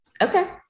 Okay